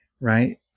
right